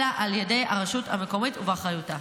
אלא על ידי הרשות המקומית ובאחריותה.